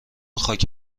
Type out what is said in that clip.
خاک